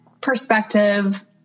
perspective